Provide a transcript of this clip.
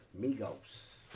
Migos